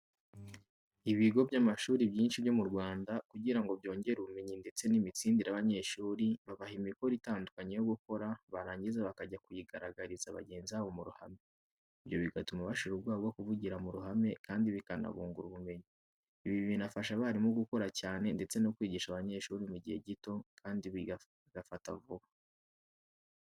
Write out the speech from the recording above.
Ibigo by'amashuri byinshi byo mu Rwanda kugira ngo byongere ubumenyi ndetse n'imitsindire y'abanyeshuri, babaha imikoro itandukanye yo gukora, barangiza bakajya kuyigaragariza bagenzi babo mu ruhame, ibyo bigatuma bashira ubwoba bwo kuvugira mu ruhame kandi bikanabungura ubumenyi. Ibi binafasha abarimu gukora cyane ndetse no kwigisha abanyeshuri mu gihe gito kandi bagafata vuba.